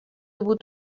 بود